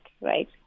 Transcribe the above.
right